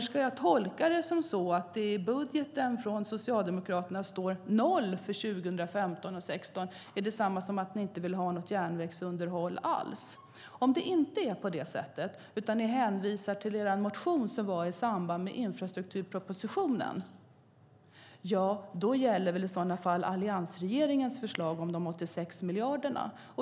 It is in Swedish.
Ska jag tolka att det står noll för 2015 och 2016 i Socialdemokraternas budget som att ni inte vill ha något järnvägsunderhåll alls? Om det inte är så och ni hänvisar till er motion i samband med infrastrukturpropositionen gäller väl i sådana fall alliansregeringens förslag om 86 miljarder.